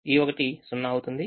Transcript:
ఈ 1 0 అవుతుంది